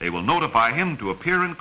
they will notify him to appear in